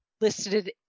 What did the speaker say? listed